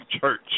church